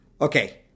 Okay